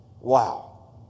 wow